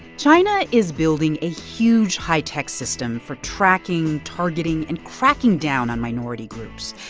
china is building a huge high-tech system for tracking, targeting and cracking down on minority groups.